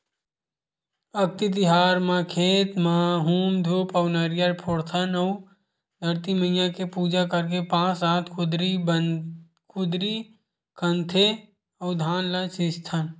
अक्ती तिहार म खेत म हूम धूप अउ नरियर फोड़थन अउ धरती मईया के पूजा करके पाँच सात कुदरी खनथे अउ धान ल छितथन